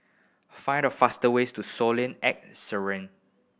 find the fastest way to Solen at Siran